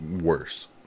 worse